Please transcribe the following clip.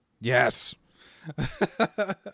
Yes